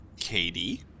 Katie